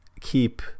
keep